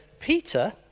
Peter